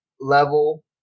level